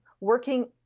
working